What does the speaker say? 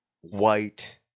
white